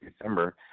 December